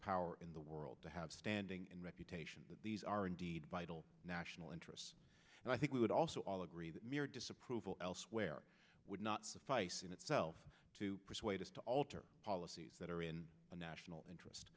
power in the world to have standing and reputation that these are indeed vital national interests and i think we would also all agree that mere disapproval elsewhere would not suffice in itself to persuade us to alter policies that are in our national interest